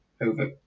over